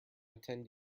attend